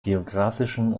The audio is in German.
geografischen